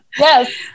yes